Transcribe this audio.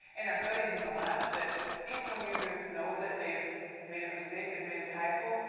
in our studies in the lab, that even when users know that they've made a mistake, they've made a typo,